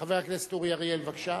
חבר הכנסת אורי אריאל, בבקשה.